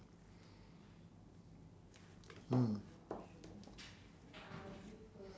mm